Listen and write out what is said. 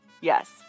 Yes